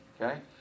Okay